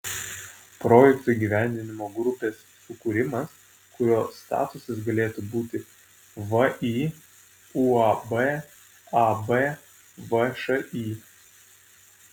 projekto įgyvendinimo grupės sukūrimas kurio statusas galėtų būti vį uab ab všį